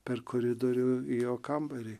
per koridorių į jo kambarį